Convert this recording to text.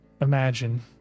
imagine